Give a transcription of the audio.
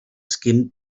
skimmed